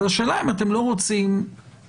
אבל השאלה אם אתם לא רוצים להתקדם.